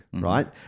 right